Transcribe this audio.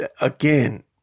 again